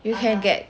you can get